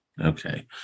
Okay